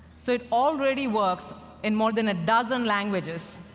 so it already works in more than a dozen languages.